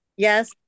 yes